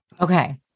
okay